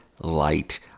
Light